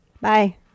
Bye